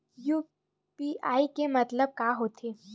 UPI के मतलब का होथे?